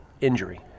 injury